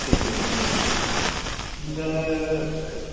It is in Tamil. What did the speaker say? சரி சரிங்க இந்த